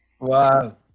Wow